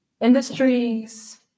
industries